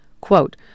Quote